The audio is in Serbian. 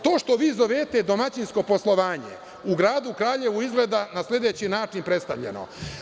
To što vi zovete domaćinsko poslovanje u gradu Kraljevu izgleda na sledeći način predstavljeno.